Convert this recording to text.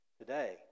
today